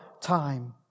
time